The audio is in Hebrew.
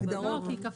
את